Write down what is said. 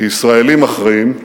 כישראלים אחראים,